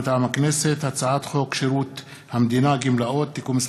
מטעם הכנסת: הצעת חוק שירות המדינה (גמלאות) (תיקון מס'